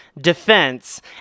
defense